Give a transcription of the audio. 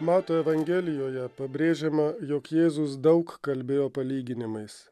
mato evangelijoje pabrėžiama jog jėzus daug kalbėjo palyginimais